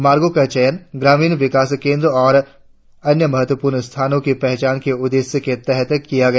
मार्गो का चयन ग्रामीण विकास केंद्रों और अन्य महत्वपूर्ण स्थानो की पहचान के उद्देश्य के तहत किया गया